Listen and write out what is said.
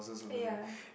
ya